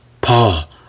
Paul